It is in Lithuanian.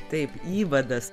taip įvadas